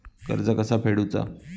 कर्ज कसा फेडुचा?